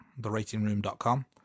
theratingroom.com